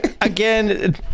again